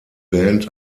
band